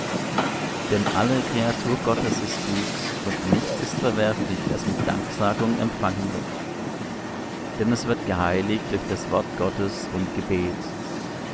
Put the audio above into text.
denn alle kreatur gottes ist gut und nichts ist verwerflich das mit danksagung empfangen wird denn es wird geheiligt durch das wort gottes und gebet